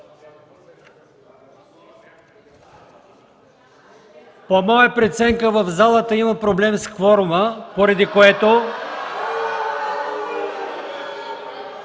По моя преценка в залата има проблем с кворума, поради което